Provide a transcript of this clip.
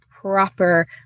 proper